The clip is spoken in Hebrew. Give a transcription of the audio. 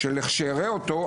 שלכשאראה אותו,